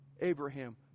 Abraham